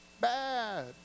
bad